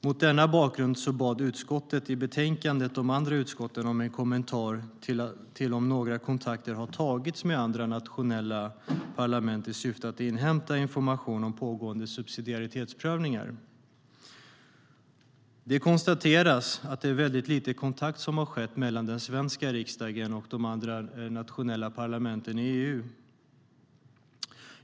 Mot denna bakgrund bad utskottet i betänkandet de andra utskotten om en kommentar till ifall några kontakter har tagits med andra nationella parlament i syfte att inhämta information om pågående subsidiaritetsprövningar. Det konstateras att väldigt lite kontakt skett mellan den svenska riksdagen och de andra nationella parlamenten i EU.